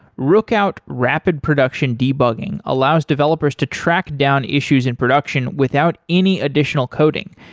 rookout rapid production debugging allows developers to track down issues in production without any additional coding.